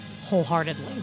wholeheartedly